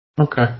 Okay